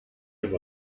dem